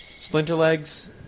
Splinterlegs